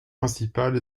principale